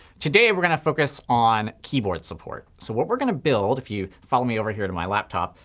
today and we're going to focus on keyboard support. so what we're going to build, if you follow me over here to my laptop,